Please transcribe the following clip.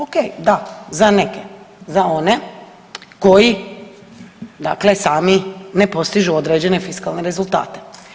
Okej da za neke, za one koji dakle sami ne postižu određene fiskalne rezultate.